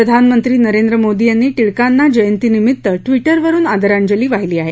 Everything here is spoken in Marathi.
प्रधानमंत्री नरेंद्र मोदी यांनी टिळकांना जयंती निमित्त ट्विटरवरून आदराजली वाहिली आहे